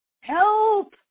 Help